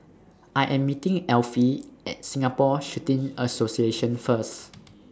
I Am meeting Elfie At Singapore Shooting Association First